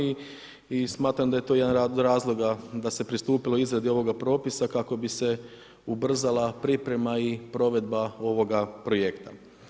I smatram da je to jedan od razloga da se pristupilo izradi ovoga propisa kako bi se ubrzala priprema i provedba ovoga projekta.